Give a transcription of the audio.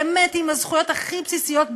באמת בקושי עם הזכויות הכי בסיסיות,